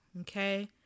Okay